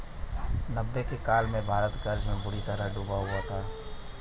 नब्बे के काल में भारत कर्ज में बुरी तरह डूबा हुआ था